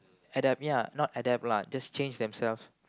adapt ya not adapt lah just change themselves